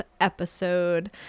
episode